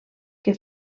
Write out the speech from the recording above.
que